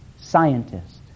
scientist